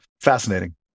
Fascinating